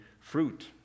fruit